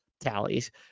tallies